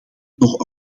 nog